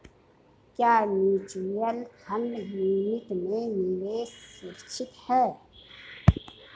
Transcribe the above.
क्या mutual fund unit में निवेश सुरक्षित है?